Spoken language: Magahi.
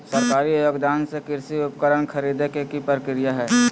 सरकारी योगदान से कृषि उपकरण खरीदे के प्रक्रिया की हय?